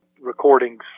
recordings